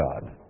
God